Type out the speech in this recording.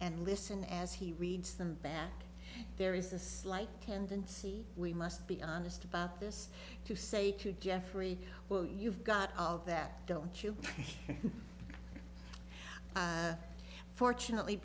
and listen as he reads them back there is a slight tendency we must be honest about this to say to jeffrey well you've got all of that don't you fortunately